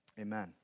Amen